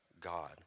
God